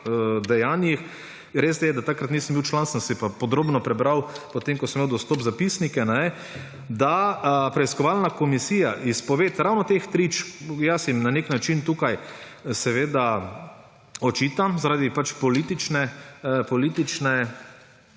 dejanjih. Res je, da takrat nisem bil član, sem si pa podrobno prebral, potem ko sem imel dostop, zapisnike, da preiskovalna komisija izpoved ravno teh prič ‒ jaz jim na nek način tukaj očitam zaradi političnih